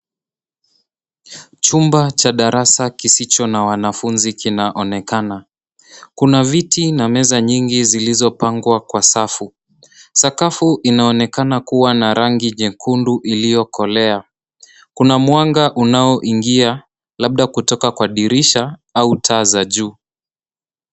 Chumba cha darasa kisicho na wanafunzi kinaonekana. Kuna viti na meza nyingi zilizopangwa kwa safu. Sakafu inaonekana kuwa na rangi nyekundu iliyokolea. Kuna mwanga unaoingia labda kutoka kwa dirisha au taa za juu.